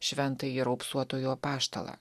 šventąjį raupsuotojų apaštalą